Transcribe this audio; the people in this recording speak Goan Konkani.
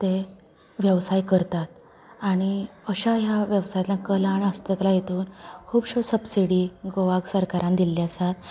ते वेवसाय करतात आनी अश्या ह्या वेवसायांतल्यान कला आनी हस्तकला हेतूंन खूबश्यो सबसिडी गोवा सरकारान दिल्ल्यो आसात